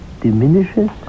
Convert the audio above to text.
diminishes